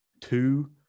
two